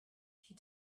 she